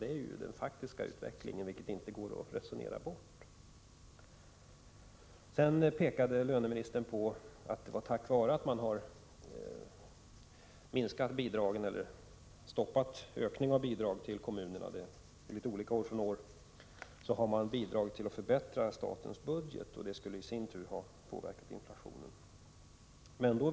Det är den faktiska utvecklingen, som inte går att resonera bort. Löneministern sade också att tack vare att man minskat bidragen eller stoppat ökningen av bidragen till kommunerna — det är olika år från år — har man bidragit till att förbättra statens budget, och han menar att det i sin tur skulle ha påverkat inflationen.